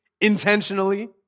intentionally